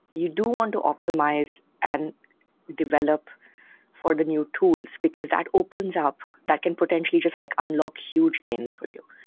you do want to optimize and develop for the new tools, because that opens up, that can potentially just like unlike huge gains for you.